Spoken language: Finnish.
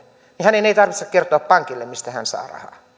niin hänen ei tarvitse kertoa pankille mistä hän saa rahaa